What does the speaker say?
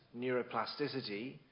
neuroplasticity